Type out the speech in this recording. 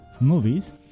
movies